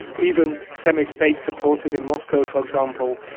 even semi-state supported in moscow. for example,